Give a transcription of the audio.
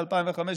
ב-2015,